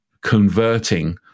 converting